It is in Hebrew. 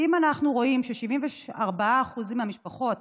כי אם אנחנו רואים ש-74% מהמשפחות